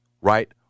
right